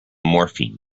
morphine